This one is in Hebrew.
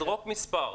זרוק מספר.